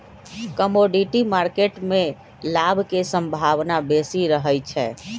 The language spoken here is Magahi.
कमोडिटी मार्केट में लाभ के संभावना बेशी रहइ छै